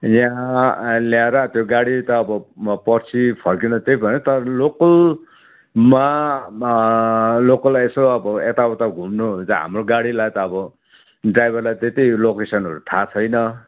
यहाँ ल्याएर त्यो गाडी त अब पर्सी फर्किँदा त्यही भयो तर लोकलमा लोकल यसो अब यता उता घुम्नुहरू चाहिँ हाम्रो गाडीलाई त अब ड्राइभरलाई त त्यही लोकेसनहरू त थाहा छैन